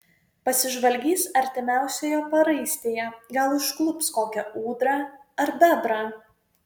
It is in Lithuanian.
pasižvalgys artimiausioje paraistėje gal užklups kokią ūdrą ar bebrą